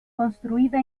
construida